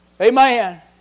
Amen